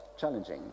challenging